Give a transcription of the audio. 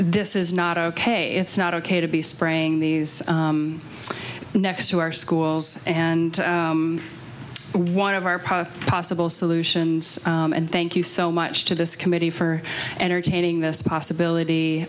this is not ok it's not ok to be spraying these next to our schools and one of our power possible solutions and thank you so much to this committee for entertaining this possibility